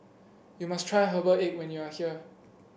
you must try Herbal Egg when you are here